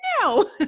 no